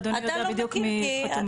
ואדוני יודע בדיוק מי החתום.